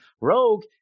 Rogue